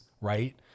right